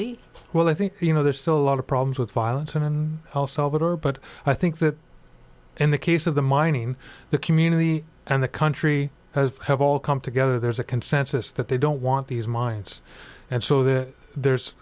think you know there's still a lot of problems with violence in el salvador but i think that in the case of the mining the community and the country has have all come together there's a consensus that they don't want these mines and so that there's